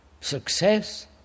Success